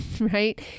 right